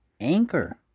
Anchor